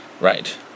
Right